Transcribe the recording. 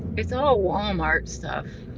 it's all walmart stuff.